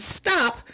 stop